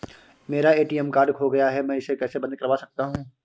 मेरा ATM card खो गया है मैं इसे कैसे बंद करवा सकता हूँ?